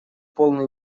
полный